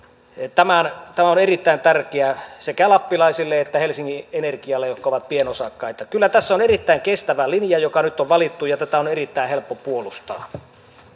tämä on erittäin tärkeä sekä lappilaisille että helsingin energialle jotka ovat pienosakkaita kyllä tässä on erittäin kestävä linja joka nyt on valittu ja tätä on erittäin helppo puolustaa